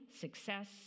success